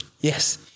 Yes